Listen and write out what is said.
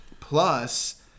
Plus